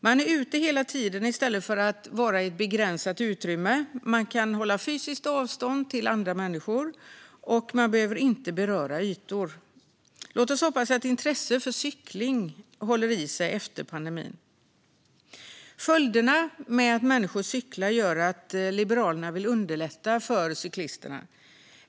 Man är ute hela tiden i stället för att vara i ett begränsat utrymme, man kan hålla fysiskt avstånd till andra människor och man behöver inte beröra ytor. Låt oss hoppas att intresset för cykling håller i sig efter pandemin! Fördelarna med att människor cyklar gör att Liberalerna vill underlätta för cyklisterna.